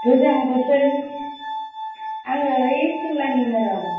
गोजां बोथोरनि आङो ओइ सिमलानिनो र'